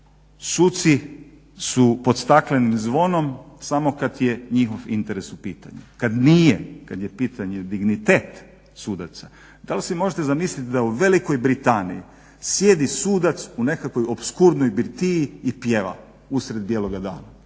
Suci su pod staklenim zvonom samo kad je njihov interes u pitanju, kad nije, kad nije kad je pitanje dignitet sudaca. Da li si možete zamisliti da u Velikoj Britaniji sjedi sudac u nekakvoj opskurdnoj birtiji i pjeva usred bijeloga dana.